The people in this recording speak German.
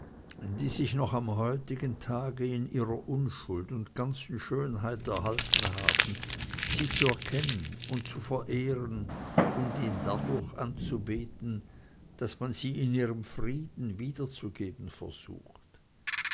die sich noch am heutigen tag in ihrer unschuld und ganzen schönheit erhalten haben sie zu erkennen und zu verehren und ihn dadurch anzubeten daß man sie in ihrem frieden wiederzugeben versucht